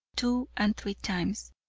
two and three times.